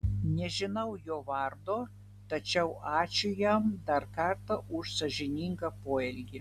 nežinau jo vardo tačiau ačiū jam dar kartą už sąžiningą poelgį